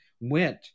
went